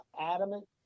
Adamant